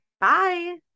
Bye